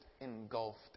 engulfed